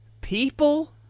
People